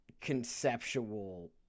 conceptual